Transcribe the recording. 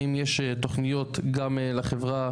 הם יש תוכניות גם לחברה